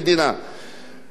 במדינות מסוימות,